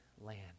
land